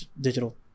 digital